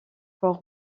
port